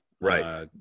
Right